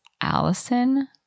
Allison